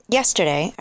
yesterday